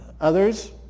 Others